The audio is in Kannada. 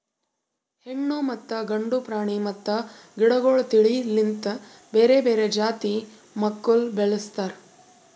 ಹೆಣ್ಣು ಮತ್ತ ಗಂಡು ಪ್ರಾಣಿ ಮತ್ತ ಗಿಡಗೊಳ್ ತಿಳಿ ಲಿಂತ್ ಬೇರೆ ಬೇರೆ ಜಾತಿ ಮಕ್ಕುಲ್ ಬೆಳುಸ್ತಾರ್